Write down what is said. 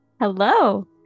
Hello